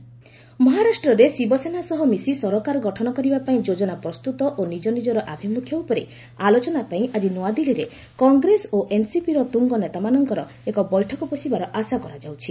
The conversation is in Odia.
ମହାରାଷ୍ଟ୍ର ଗଭ୍ ଫର୍ମେସନ୍ ମହାରାଷ୍ଟ୍ରରେ ଶିବସେନା ସହ ମିଶି ସରକାର ଗଠନ କରିବାପାଇଁ ଯୋଜନା ପ୍ରସ୍ତତ ଓ ନିଜ ନିଜର ଆଭିମ୍ରଖ୍ୟ ଉପରେ ଆଲୋଚନା ପାଇଁ ଆକି ନ୍ନଆଦିଲ୍ଲୀରେ କଂଗ୍ରେସ ଓ ଏନ୍ସିପିର ତୁଙ୍ଗ ନେତାମାନଙ୍କର ଏକ ବୈଠକ ବସିବାର ଆଶା କରାଯାଉଛି